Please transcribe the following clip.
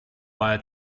via